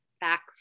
back